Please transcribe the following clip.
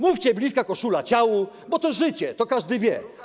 Mówcie, że bliska koszula ciału, bo to życie, to każdy wie.